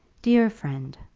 dear friend,